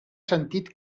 sentit